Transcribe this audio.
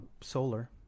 solar